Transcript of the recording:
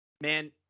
Man